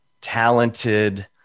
talented